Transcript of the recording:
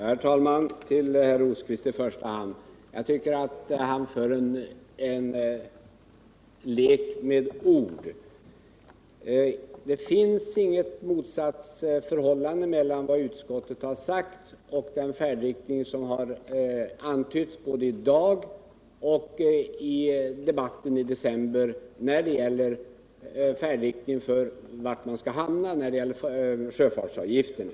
Herr talman! Jag tycker Birger Rosqvist för en lek med ord. Det finns inget motsatsförhållande mellan vad utskottet har sagt och vad som antytts både i dag och under debatten i december när det gäller färdriktningen och var man till slut skall hamna i fråga om sjöfartsavgifterna.